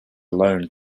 alone